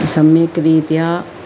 सम्यक् रीत्या